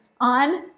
on